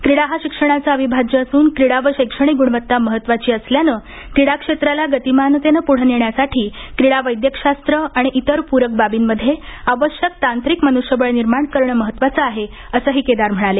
क्रीडा हा शिक्षणाचा अविभाज्य असुन क्रीडा व शैक्षणिक गुणवत्ता महत्त्वाची असल्याने क्रीडा क्षेत्राला गतिमानतेने पुढे नेण्यासाठी क्रीडा वैद्यकशास्त्र आणि इतर प्ररक बाबींमध्ये आवश्यक तांत्रिक मन्ष्यबळ निर्माण करणे अत्यंत महत्त्वाचे आहे असंही केदार म्हणाले